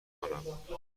کنم